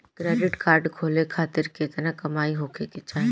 Credit card खोले खातिर केतना कमाई होखे के चाही?